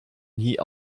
nie